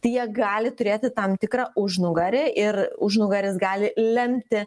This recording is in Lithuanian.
tai jie gali turėti tam tikrą užnugarį ir užnugaris gali lemti